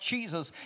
Jesus